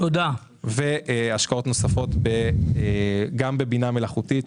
יהיו השקעות נוספות בבינה מלאכותית.